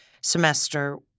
semester